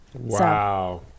Wow